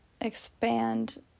expand